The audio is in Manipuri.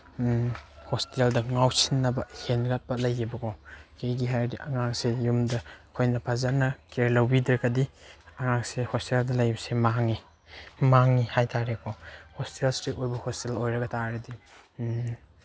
ꯍꯣꯁꯇꯦꯜꯗ ꯉꯥꯎꯁꯤꯟꯅꯕ ꯍꯦꯟꯂꯛꯄ ꯂꯩꯌꯦꯕꯀꯣ ꯀꯩꯒꯤ ꯍꯥꯏꯔꯗꯤ ꯑꯉꯥꯡꯁꯦ ꯌꯨꯝꯗ ꯑꯩꯈꯣꯏꯅ ꯐꯖꯅ ꯀꯤꯌꯔ ꯂꯧꯕꯤꯗ꯭ꯔꯒꯗꯤ ꯑꯉꯥꯡꯁꯦ ꯍꯣꯁꯇꯦꯜꯗ ꯂꯩꯕꯁꯦ ꯃꯥꯡꯉꯤ ꯃꯥꯡꯉꯤ ꯍꯥꯏ ꯇꯥꯔꯦꯀꯣ ꯍꯣꯁꯇꯦꯜ ꯏꯁꯇ꯭ꯔꯤꯛ ꯑꯣꯏꯕ ꯍꯣꯁꯇꯦꯜ ꯑꯣꯏꯔꯕ ꯇꯥꯔꯒꯗꯤ